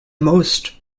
most